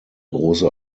große